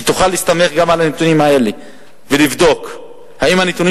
שתוכל להסתמך גם על הנתונים האלה ולבדוק אם הנתונים